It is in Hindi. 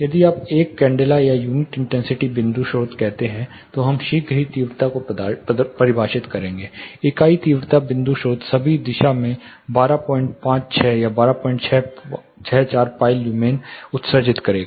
यदि आप 1 कैंडेला या यूनिट इंटेंसिटी बिंदु स्रोत कहते हैं तो हम शीघ्र ही तीव्रता को परिभाषित करेंगे इकाई तीव्रता बिंदु स्रोत सभी दिशा में 1256 या 1264 पाई लुमेन उत्सर्जित करेगा